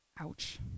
Ouch